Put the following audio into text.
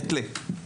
יתלה.